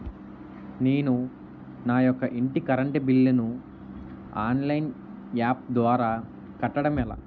నేను నా యెక్క ఇంటి కరెంట్ బిల్ ను ఆన్లైన్ యాప్ ద్వారా కట్టడం ఎలా?